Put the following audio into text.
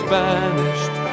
banished